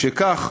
משכך,